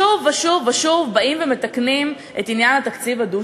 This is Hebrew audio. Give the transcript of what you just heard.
שוב ושוב ושוב באים ומתקנים את עניין התקציב הדו-שנתי.